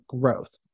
growth